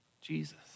Jesus